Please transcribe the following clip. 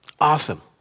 Awesome